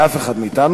לאף אחד מאתנו.